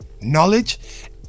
knowledge